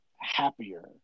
Happier